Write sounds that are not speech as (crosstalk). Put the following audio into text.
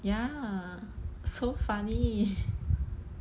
ya so funny (laughs)